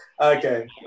Okay